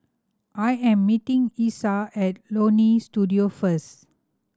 I am meeting Essa at Leonie Studio first